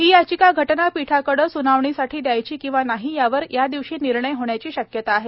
ही याचिका घटनापीठाकडे स्नावणीसाठी द्यायची किंवा नाही यावर यादिवशी निर्णय होण्याची शक्यता आहे